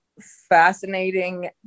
fascinating